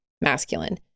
masculine